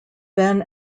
then